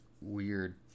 weird